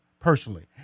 personally